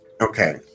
Okay